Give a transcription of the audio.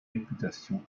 réputation